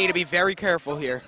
need to be very careful here